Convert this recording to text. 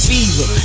Fever